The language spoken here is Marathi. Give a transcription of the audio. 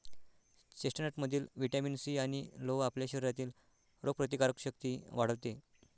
चेस्टनटमधील व्हिटॅमिन सी आणि लोह आपल्या शरीरातील रोगप्रतिकारक शक्ती वाढवते